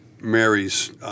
Mary's